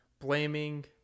blaming